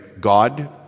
God